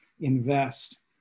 invest